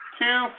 two